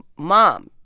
mom,